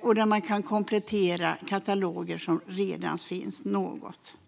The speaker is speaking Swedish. och man kan komplettera kataloger där det redan finns något.